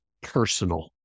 personal